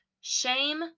Shame